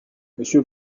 monsieur